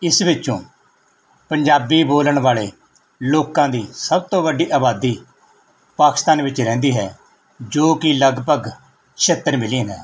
ਇਸ ਵਿੱਚੋਂ ਪੰਜਾਬੀ ਬੋਲਣ ਵਾਲੇ ਲੋਕਾਂ ਦੀ ਸਭ ਤੋਂ ਵੱਡੀ ਆਬਾਦੀ ਪਾਕਿਸਤਾਨ ਵਿੱਚ ਰਹਿੰਦੀ ਹੈ ਜੋ ਕਿ ਲਗਭਗ ਛਿਹੱਤਰ ਮਿਲੀਅਨ ਹੈ